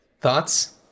Thoughts